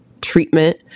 treatment